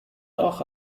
auch